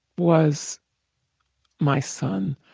was my son.